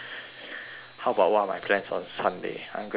how about what are my plans on sunday I'm gonna row boat